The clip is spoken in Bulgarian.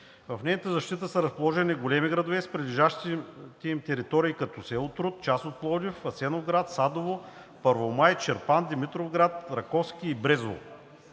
В нейна защита са разположени големи градове с прилежащите им територии, като село Труд, част от Пловдив, Асеновград, Садово, Първомай, Чирпан, Димитровград, Раковски и Брезово.